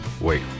Wait